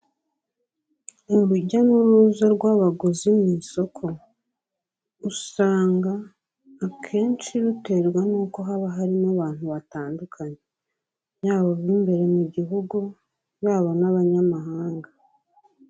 Urujya n'uruza rw'abaguzi mu isoko usanga akenshi ruterwa n'uko haba harimo abantu batandukanye, yaba ab'imbere mu gihugu yaba n'abanyamahanga.